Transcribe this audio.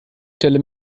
stelle